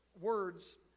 words